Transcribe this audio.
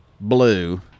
blue